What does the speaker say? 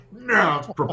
No